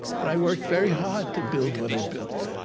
but i worked very hard to build what i built.